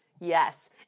Yes